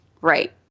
Right